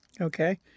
Okay